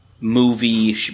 movie